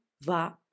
va